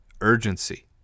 urgency